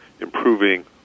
improving